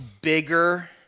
bigger